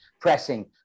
pressing